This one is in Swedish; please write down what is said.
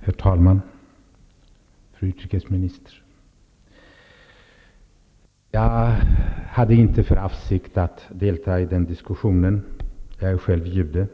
Herr talman! Fru utrikesminister! Jag hade inte för avsikt att delta i denna diskussion. Jag är själv jude,